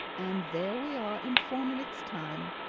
and there we are in four minutes' time,